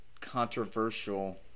controversial